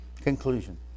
Conclusion